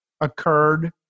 occurred